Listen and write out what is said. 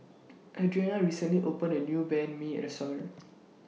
Adrianna recently opened A New Banh MI Restaurant